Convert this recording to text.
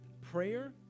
Prayer